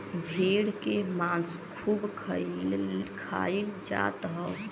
भेड़ के मांस खूब खाईल जात हव